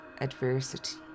adversity